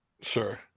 Sure